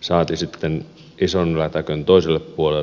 saati sitten ison lätäkön toiselle puolelle mentäessä